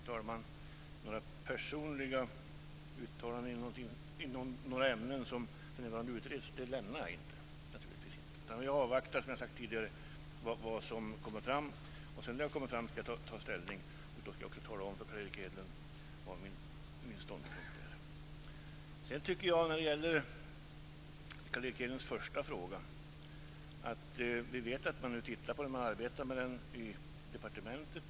Fru talman! Några personliga uttalanden om ämnen som för närvarande utreds lämnar jag naturligtvis inte. Jag avvaktar vad som kommer fram, som jag har sagt tidigare. Då ska jag ta ställning och också tala om för Carl Erik Hedlund vilken min ståndpunkt är. När det gäller Carl Erik Hedlunds första fråga vill jag säga följande. Vi vet att man nu arbetar med den i departementet.